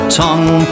tongue